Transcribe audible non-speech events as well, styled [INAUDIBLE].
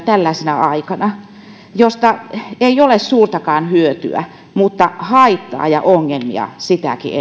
[UNINTELLIGIBLE] tällaisena aikana tällaisella esityksellä josta ei ole suurtakaan hyötyä mutta haittaa ja ongelmia sitäkin [UNINTELLIGIBLE]